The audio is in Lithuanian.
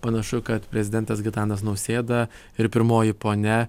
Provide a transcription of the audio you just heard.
panašu kad prezidentas gitanas nausėda ir pirmoji ponia